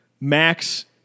Max